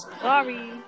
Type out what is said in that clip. Sorry